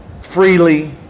freely